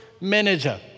manager